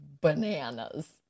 bananas